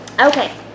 Okay